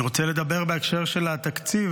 אני רוצה לדבר, בהקשר של התקציב,